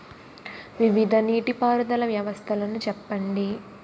వివిధ నీటి పారుదల వ్యవస్థలను చెప్పండి?